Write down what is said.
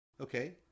Okay